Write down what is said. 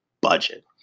budget